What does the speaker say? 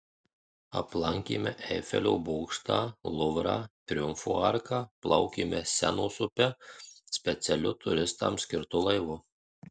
aplankėme eifelio bokštą luvrą triumfo arką plaukėme senos upe specialiu turistams skirtu laivu